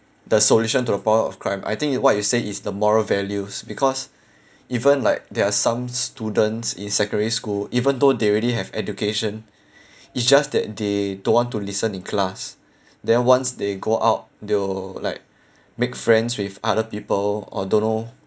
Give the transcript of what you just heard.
the solution to the problem of crime I think you what you say is the moral values because even like there are some students in secondary school even though they already have education it's just that they don't want to listen in class then once they go out they will like make friends with other people or don't know